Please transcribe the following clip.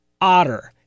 Otter